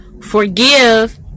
Forgive